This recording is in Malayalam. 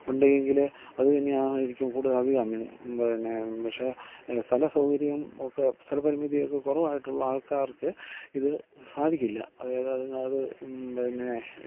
ഉണ്ടെങ്കിൽ അതു തന്നെയാണ് ഏറ്റവും കൂടുതൽ അഭികാമ്യം പിന്നെ പക്ഷേ സ്ഥല സൗകര്യം ഒക്കെ സ്ഥലപരിമിതിയൊക്കെ കുറവായിട്ടുള്ള ആൾക്കാർക്ക് ഇതു സാധിക്കില്ല അതായത് അത് പിന്നേ